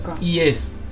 Yes